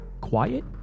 quiet